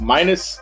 Minus